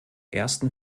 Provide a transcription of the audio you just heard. ersten